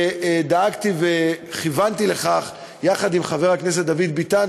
ודאגתי וכיוונתי לכך יחד עם חבר הכנסת דוד ביטן,